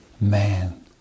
man